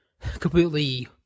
completely